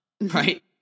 right